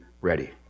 ready